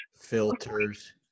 Filters